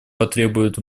потребует